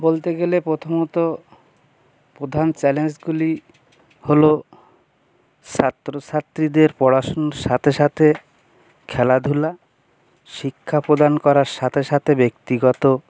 বলতে গেলে প্রথমত প্রধান চ্যালেঞ্জগুলি হল ছাত্র ছাত্রীদের পড়াশুনোর সাথে সাথে খেলাধুলা শিক্ষা প্রদান করার সাথে সাথে ব্যক্তিগত